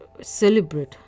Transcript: celebrate